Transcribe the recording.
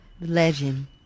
Legend